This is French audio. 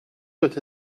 doit